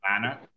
manner